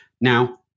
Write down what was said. Now